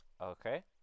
Okay